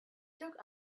took